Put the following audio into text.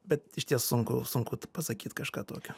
bet išties sunku sunku pasakyt kažką tokio